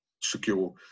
secure